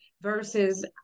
versus